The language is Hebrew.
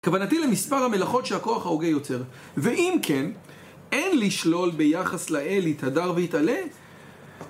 כוונתי למספר המלאכות שהכוח העוגה יותר ואם כן, אין לשלול ביחס לאל יתהדר ויתעלה